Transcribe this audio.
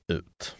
ut